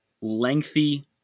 lengthy